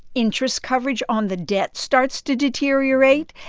interest coverage on the debt starts to deteriorate,